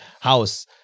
house